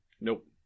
Nope